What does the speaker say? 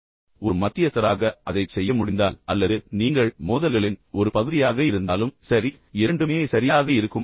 நீங்கள் ஒரு மத்தியஸ்தராக அதைச் செய்ய முடிந்தால் அல்லது நீங்கள் மோதல்களின் ஒரு பகுதியாக இருந்தாலும் சரி இரண்டுமே சரியாக இருக்கும்